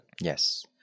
Yes